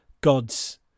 God's